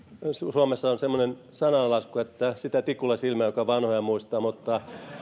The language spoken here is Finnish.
suomessa on semmoinen sananlasku että sitä tikulla silmään joka vanhoja muistaa mutta